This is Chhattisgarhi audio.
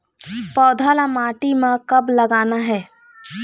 पौधा ला माटी म कब लगाना हे?